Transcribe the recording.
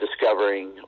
discovering